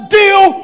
deal